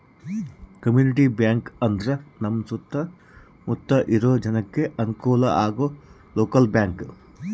community bank ಅಂದ್ರ ನಮ್ ಸುತ್ತ ಮುತ್ತ ಇರೋ ಜನಕ್ಕೆ ಅನುಕಲ ಆಗೋ ಲೋಕಲ್ ಬ್ಯಾಂಕ್